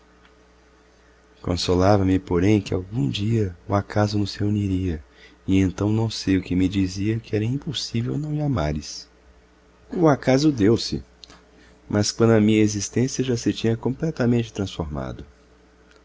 consolava me porém que algum dia o acaso nos reuniria e então não sei o que me dizia que era impossível não me amares o acaso deu-se mas quando a minha existência já se tinha completamente transformado